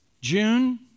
June